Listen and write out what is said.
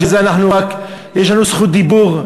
בשביל זה יש לנו זכות דיבור,